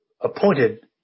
appointed